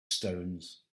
stones